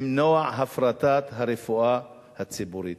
למנוע הפרטת הרפואה הציבורית.